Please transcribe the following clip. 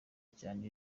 cyane